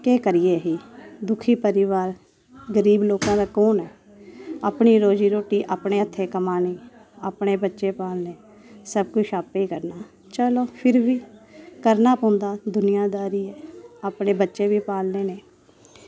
केह् करिए असी दुखी परिवार गरीब लोकां दा कौन ऐ अपनी रोजी रोट्टी अपने हत्थें कमानी अपने बच्चे पालने सब कुछ आपें करना चलो फिर बी करना पौंदा दुनियादारी अपने बच्चे बी पालने नै